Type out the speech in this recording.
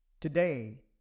Today